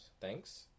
thanks